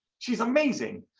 she's amazing.